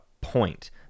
point